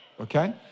okay